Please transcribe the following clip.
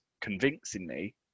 convincingly